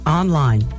online